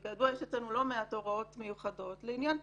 וכידוע יש אצלנו לא מעט הוראות מיוחדות לעניין טרור,